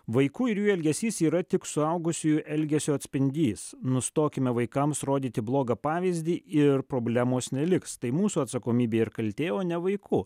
vaikų ir jų elgesys yra tik suaugusiųjų elgesio atspindys nustokime vaikams rodyti blogą pavyzdį ir problemos neliks tai mūsų atsakomybė ir kaltė o ne vaikų